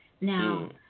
Now